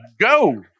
go